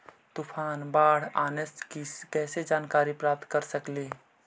तूफान, बाढ़ आने की कैसे जानकारी प्राप्त कर सकेली?